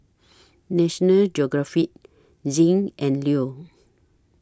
National Geographic Zinc and Leo